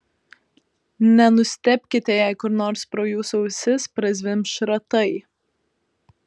nenustebkite jei kur nors pro jūsų ausis prazvimbs šratai